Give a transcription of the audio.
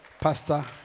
pastor